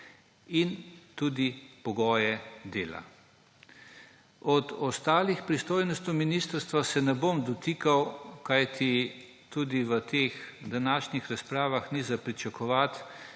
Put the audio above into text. in tudi pogojev dela. Ostalih pristojnosti ministrstva se ne bom dotikal, kajti tudi v teh današnjih razpravah ni za pričakovati.